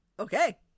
Okay